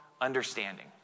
understanding